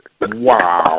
Wow